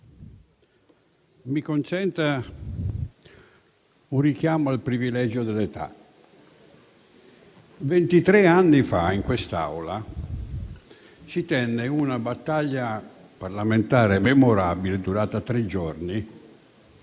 mi consenta un richiamo al privilegio dell'età. Ventitré anni fa in quest'Aula si tenne una battaglia parlamentare memorabile, durata tre giorni,